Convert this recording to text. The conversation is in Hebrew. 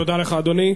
תודה לך, אדוני.